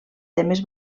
temes